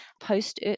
post